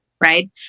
right